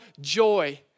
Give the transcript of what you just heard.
joy